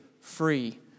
free